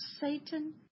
Satan